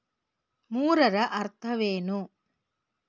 ಮೂರರ ಅರ್ಥವೇನು?